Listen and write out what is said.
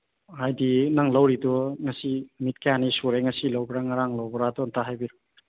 ꯍꯥꯏꯗꯤ ꯅꯪ ꯂꯧꯔꯤꯗꯣ ꯉꯁꯤ ꯅꯨꯃꯤꯠ ꯀꯌꯥꯅꯤ ꯁꯨꯔꯦ ꯉꯁꯤ ꯂꯧꯕ꯭ꯔꯥ ꯉꯔꯥꯡ ꯂꯧꯕ꯭ꯔꯥꯗꯣ ꯑꯝꯇ ꯍꯥꯏꯕꯤꯔꯛꯎ